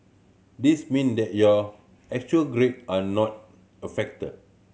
this mean that your actual grade are not a factor